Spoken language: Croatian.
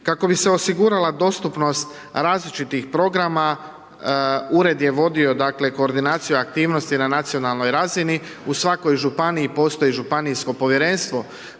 Kako bi se osigurala dostupnost različitih programa, ured je vodio koordinaciju aktivnosti, na nacionalnoj razini, u svakoj županiji postoji županijsko povjerenstvo